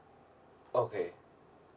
okay